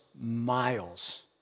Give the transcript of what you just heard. miles